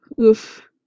Oof